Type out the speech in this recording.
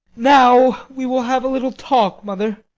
now we will have a little talk, mother